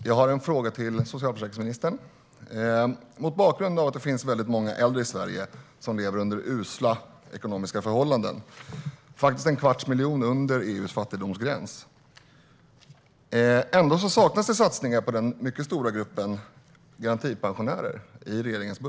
Herr talman! Jag har en fråga till socialförsäkringsministern mot bakgrund av att det finns många äldre i Sverige som lever under usla ekonomiska förhållanden. Det är en kvarts miljon som lever under EU:s fattigdomsgräns. Ändå saknas det satsningar i regeringens budget på den mycket stora gruppen garantipensionärer.